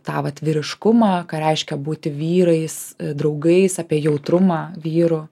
tą vat vyriškumą ką reiškia būti vyrais draugais apie jautrumą vyrų